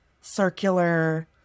circular